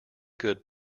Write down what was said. good